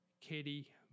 Katie